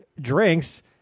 drinks